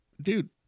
Dude